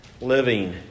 living